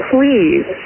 Please